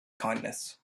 kindness